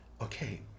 okay